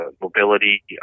mobility